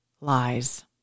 lies